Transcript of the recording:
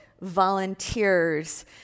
volunteers